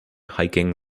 hiking